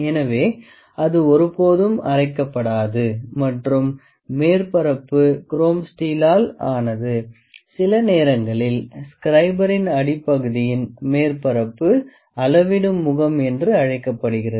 எனவே அது ஒருபோதும் அரைக்கப்படாது மற்றும் மேற்பரப்பு குரோம் ஸ்டீலால் ஆனது சில நேரங்களில் ஸ்க்ரைபரின் அடிப்பகுதியின் மேற்பரப்பு அளவிடும் முகம் என்று அழைக்கப்படுகிறது